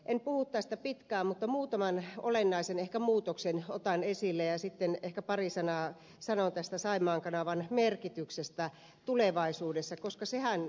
en puhu tästä pitkään mutta ehkä muutaman olennaisen muutoksen otan esille ja sitten pari sanaa sanon tästä saimaan kanavan merkityksestä tulevaisuudessa koska sehän on se kysymys